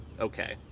Okay